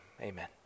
Amen